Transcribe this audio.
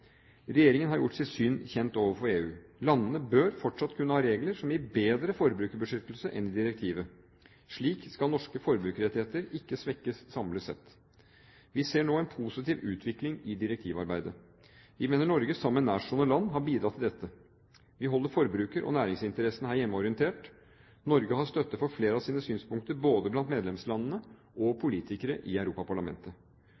Regjeringen har gjort sitt syn kjent overfor EU. Landene bør fortsatt kunne ha regler som gir bedre forbrukerbeskyttelse enn i direktivet. Slik skal norske forbrukerrettigheter ikke svekkes samlet sett. Vi ser nå en positiv utvikling i direktivarbeidet. Vi mener Norge, sammen med nærstående land, har bidratt til dette. Vi holder forbruker- og næringsinteressene her hjemme orientert. Norge har støtte for flere av sine synspunkter både blant medlemslandene og